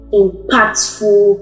impactful